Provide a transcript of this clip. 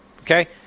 Okay